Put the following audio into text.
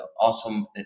awesome